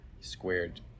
squared